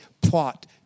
plot